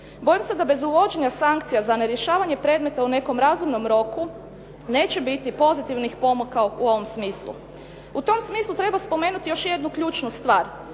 Bojim se da bez uvođenja sankcija za nerješavanje predmeta u nekom razumnom roku neće biti pozitivnih pomaka u ovom smislu. U tom smislu treba spomenuti još jednu ključnu stvar.